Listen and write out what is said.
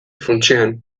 funtsean